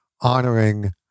honoring